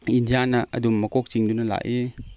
ꯏꯟꯗꯤꯌꯥꯅ ꯑꯗꯨꯝ ꯃꯀꯣꯛ ꯆꯤꯡꯗꯨꯅ ꯂꯥꯛꯏ